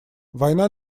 война